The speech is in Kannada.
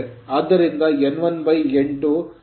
ಆದ್ದರಿಂದ n1 n2 10